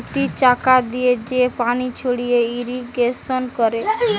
ঘুরতি চাকা দিয়ে যে পানি ছড়িয়ে ইরিগেশন করে